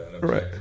Right